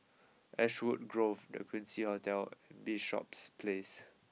Ashwood Grove the Quincy Hotel and Bishops Place